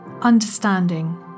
understanding